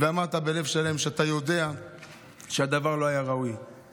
ומי שראה מה שהיה פה, מתינו מתהפכים בקבר.